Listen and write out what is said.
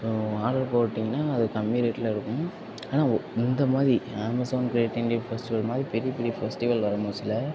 so order போட்டீங்கன்னா அது கம்மி ரேட்டில் இருக்கும் ஏன்னா ஓ இந்த மாரி அமேசான் க்ரேட் இண்டியன் ஃபெஸ்டிவல் மாரி பெரிய பெரிய ஃபெஸ்டிவல் வரும் மோஸ்ட்ல